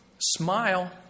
smile